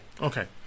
Okay